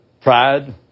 Pride